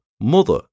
mother